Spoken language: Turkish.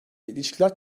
ilişkiler